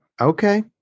Okay